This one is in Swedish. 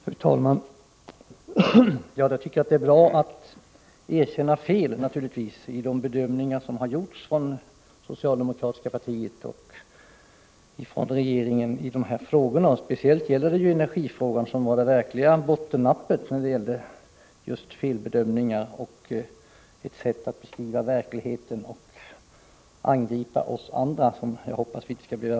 Fru talman! Jag tycker naturligtvis att det är bra att man erkänner fel i de bedömningar som har gjorts av socialdemokratiska partiet och regeringen i de här frågorna. Speciellt gäller det energifrågan, som var det verkliga bottennappet — jag tänker då såväl på felbedömningen som på sättet att beskriva verkligheten och angreppen på oss andra.